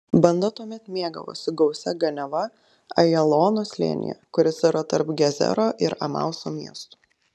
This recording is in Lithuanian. banda tuomet mėgavosi gausia ganiava ajalono slėnyje kuris yra tarp gezero ir emauso miestų